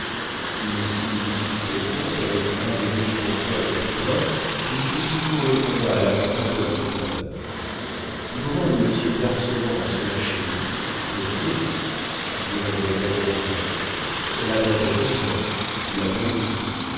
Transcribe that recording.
une similitude quelconque avec un des riches bourgeois de provins finissait toujours le combat à l'avantage de l'entrepreneur du moment où monsieur garceland a cela chez lui mettez disait mademoiselle rogron cela doit être bien il a bon goût